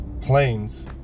planes